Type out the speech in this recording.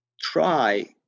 try